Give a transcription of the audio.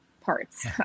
parts